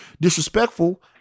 disrespectful